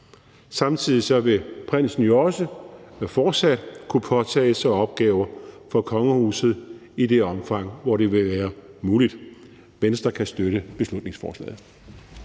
Samtidig vil prinsen jo også fortsat kunne påtage sig opgaver for kongehuset i det omfang, det vil være muligt. Venstre kan støtte beslutningsforslaget.